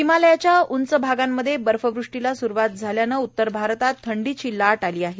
हिमालयाच्या उंच भागामध्ये बर्फवृष्टीला स्रूवात झाल्यानं उत्तर भारतात थंडीची लाट आली आहे